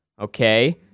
okay